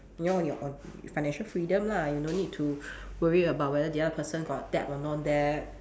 you know you on your own financial freedom lah you no need to worry about whether the other person got debt or no debt